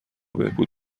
بهبود